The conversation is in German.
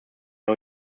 der